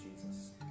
Jesus